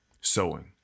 sewing